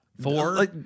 four